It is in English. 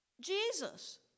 Jesus